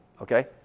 Okay